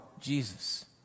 Jesus